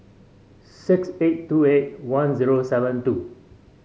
six eight two eight one zero seven two